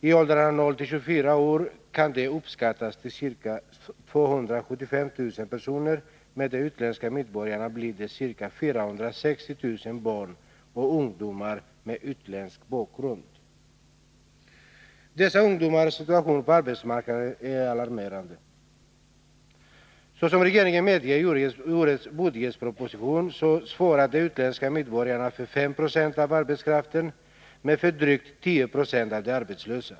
I åldrarna 0-24 år kan den gruppen uppskattas till ca 275 000 personer, och med de utländska medborgarna blir det ca 460 000 barn och ungdomar med utländsk bakgrund. Dessa ungdomars situation på arbetsmarknaden är alarmerande. Såsom regeringen medger i årets budgetproposition svarar de utländska medborgarna för 5 20 av arbetskraften men för drygt 10 96 av de arbetslösa.